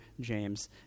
James